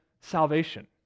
salvation